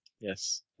Yes